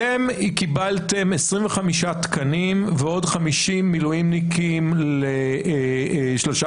אתם קיבלתם 25 תקנים ועוד 50 מילואימניקים לשלושה